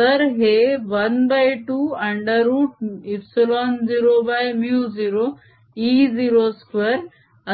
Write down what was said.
तर हे ½ √ε0μ0 e02